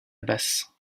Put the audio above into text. basse